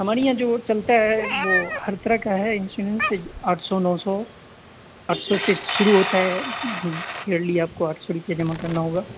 ہمارے یہاں جو چلتا ہے وہ ہر طرح کا ہے انشورینس آٹھ سو نو سو آٹھ سو سے شروع ہوتا ہے ائیرلی آپ کو آٹھ سو روپئے جمع کرنا ہوگا